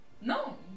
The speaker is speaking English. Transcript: No